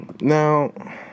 Now